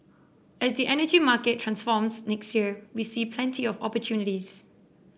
as the energy market transforms next year we see plenty of opportunities